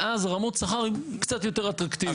ואז, רמות השכר הן קצת יותר אטרקטיביות.